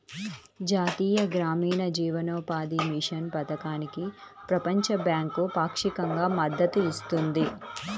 జాతీయ గ్రామీణ జీవనోపాధి మిషన్ పథకానికి ప్రపంచ బ్యాంకు పాక్షికంగా మద్దతు ఇస్తుంది